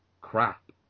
crap